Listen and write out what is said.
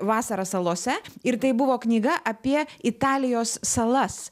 vasara salose ir tai buvo knyga apie italijos salas